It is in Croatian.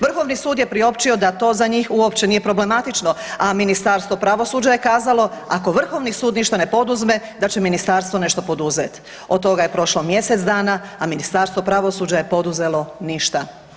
Vrhovni sud je priopćio da to za njih uopće nije problematično, a Ministarstvo pravosuđa je kazalo, ako Vrhovni sud ništa ne poduzme, da će Ministarstvo nešto poduzeti, od toga je prošlo mjesec dana, a Ministarstvo pravosuđa je poduzelo ništa.